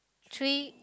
three